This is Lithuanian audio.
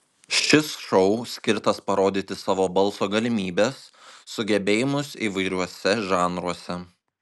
šis šou skirtas parodyti savo balso galimybes sugebėjimus įvairiuose žanruose